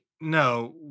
no